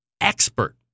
expert